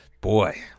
boy